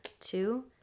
two